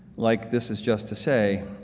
like this is just to say,